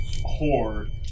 horde